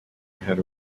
had